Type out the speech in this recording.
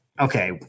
Okay